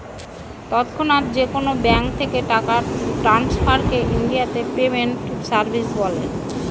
তৎক্ষণাৎ যেকোনো ব্যাঙ্ক থেকে টাকা ট্রান্সফারকে ইনডিয়াতে পেমেন্ট সার্ভিস বলে